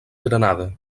granada